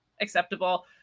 acceptable